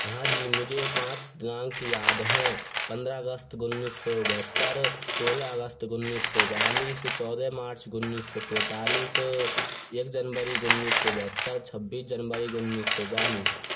हाँजी मुझे पाँच दिनांक याद हैं पंद्रह अगस्त उन्नीस सौ बहत्तर सोलह अगस्त उन्नीस सौ बयालीस चौदह मार्च उन्नीस सौ तेतालीस एक जनवरी उन्नीस सौ बहत्तर छबीस जनवरी उन्नीस सौ बयालीस